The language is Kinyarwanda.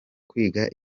kwiga